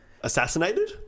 Assassinated